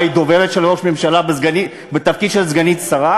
מה, היא דוברת של ראש ממשלה בתפקיד של סגנית שר?